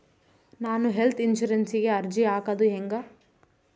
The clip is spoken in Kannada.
ನಾನು ಹೆಲ್ತ್ ಇನ್ಸುರೆನ್ಸಿಗೆ ಅರ್ಜಿ ಹಾಕದು ಹೆಂಗ?